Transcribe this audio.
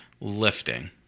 lifting